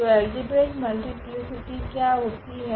तो algebraic multiplicity क्या होती है